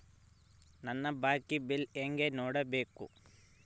ನನ್ನ ಬಾಕಿ ಬಿಲ್ ಹೆಂಗ ನೋಡ್ಬೇಕು?